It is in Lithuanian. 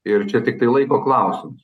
ir čia tiktai laiko klausimas